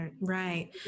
Right